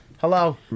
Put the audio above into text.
hello